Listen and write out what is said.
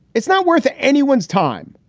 it's not worth anyone's time.